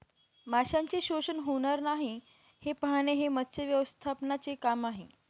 माशांचे शोषण होणार नाही हे पाहणे हे मत्स्य व्यवस्थापनाचे काम आहे